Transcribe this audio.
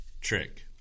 Trick